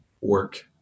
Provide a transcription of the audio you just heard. work